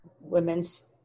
women's